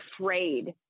afraid